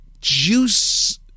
juice